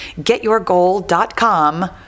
getyourgoal.com